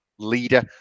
leader